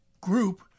group